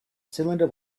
cylinder